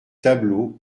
tableaux